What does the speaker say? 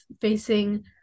facing